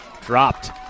dropped